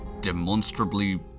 demonstrably